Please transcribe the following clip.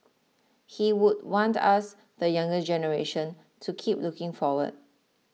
he would want us the younger generation to keep looking forward